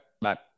Bye